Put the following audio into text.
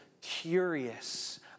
curious